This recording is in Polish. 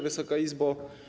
Wysoka Izbo!